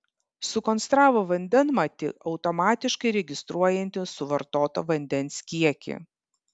sukonstravo vandenmatį automatiškai registruojantį suvartoto vandens kiekį